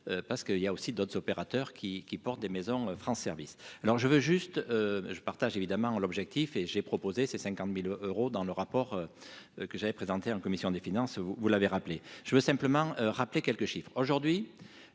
parce qu'il y a aussi d'autres opérateurs qui qui porte des maisons France service alors je veux juste je partage évidemment l'objectif et j'ai proposé ces 50000 euros dans le rapport que j'avais présenté en commission des finances, vous, vous l'avez rappelé, je veux simplement rappeler quelques chiffres